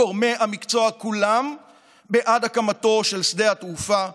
גורמי המקצוע כולם בעד הקמתו של שדה התעופה בצפון.